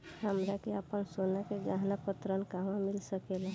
हमरा के आपन सोना के गहना पर ऋण कहवा मिल सकेला?